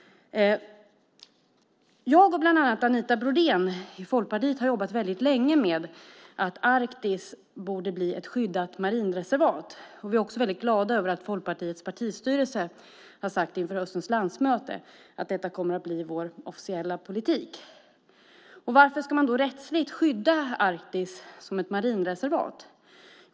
Jag och bland andra Anita Brodén har jobbat länge för att Arktis borde bli ett skyddat marinreservat. Vi är glada över att Folkpartiets partistyrelse har sagt inför höstens landsmöte att det kommer att bli partiets officiella politik. Varför ska man rättsligt skydda Arktis som ett marinreservat?